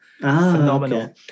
Phenomenal